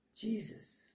Jesus